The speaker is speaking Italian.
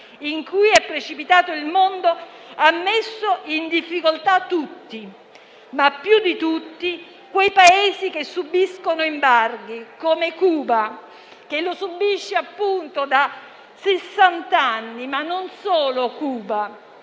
in cui è precipitato il mondo hanno messo in difficoltà tutti; ma, più di tutti, quei Paesi che subiscono embarghi, come Cuba, che lo subisce, appunto, da sessant'anni, ma non solo Cuba.